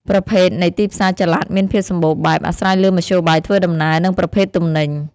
ប្រភេទនៃទីផ្សារចល័តមានភាពសម្បូរបែប អាស្រ័យលើមធ្យោបាយធ្វើដំណើរ និងប្រភេទទំនិញ។